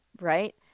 Right